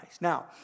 Now